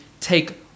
take